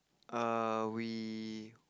err we